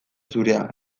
zurea